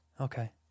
Okay